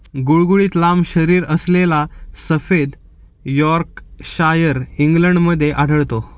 गुळगुळीत लांब शरीरअसलेला सफेद यॉर्कशायर इंग्लंडमध्ये आढळतो